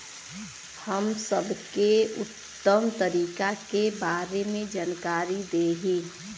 हम सबके उत्तम तरीका के बारे में जानकारी देही?